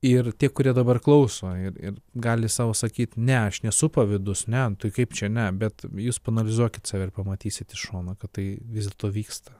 ir tie kurie dabar klauso ir ir gali sau sakyt ne aš nesu pavydus netu tai kaip čia ne bet jūs paanalizuokit save ir pamatysit iš šono kad tai vis dėlto vyksta